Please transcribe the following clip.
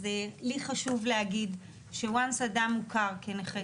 אז לי חשוב להגיד ש-once אדם מוכר כנכי